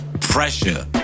Pressure